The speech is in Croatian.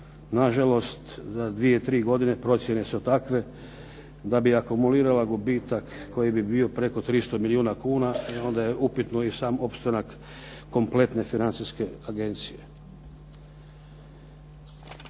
nažalost za 2, 3 godine, procjene su takve, da bi akumulirala gubitak koji bi bio preko 300 milijuna kuna, onda je upitno i sam opstanak kompletne Financijske agencije.